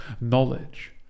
knowledge